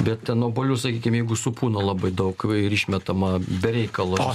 bet ten obuolių sakykim jeigu supūna labai daug ir išmetama be reikalo